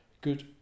good